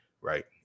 right